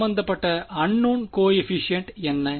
சம்பந்தப்பட்ட unknown coefficient என்ன